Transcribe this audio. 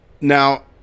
Now